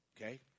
Okay